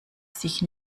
sich